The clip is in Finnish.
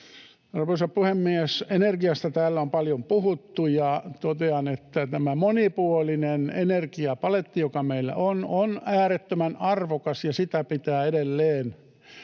Arvoisa puhemies! Energiasta täällä on paljon puhuttu, ja totean, että tämä monipuolinen energiapaletti, joka meillä on, on äärettömän arvokas ja sitä pitää edelleen